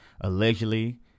allegedly